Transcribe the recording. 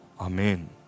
Amen